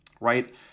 right